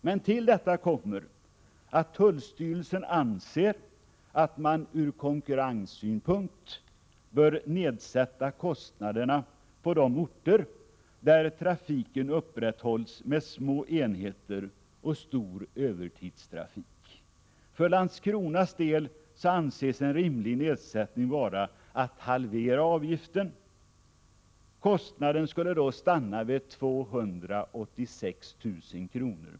Men till detta kommer att tullstyrelsen anser att man ur konkurrenssynpunkt bör minska kostnaderna på de orter där trafiken upprätthålls med små enheter och där man har stor övertidstrafik. För Landskronas del anses en rimlig minskning vara att halvera avgiften. Kostnaden skulle då stanna vid 286 000 kr.